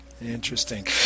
interesting